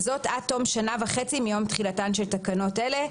וזאת עד תום שנה וחצי מיום תחילתן של תקנות אלה.